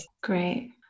great